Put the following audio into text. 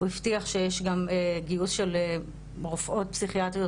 הוא הבטיח שיש גם גיוס של רופאות פסיכיאטריות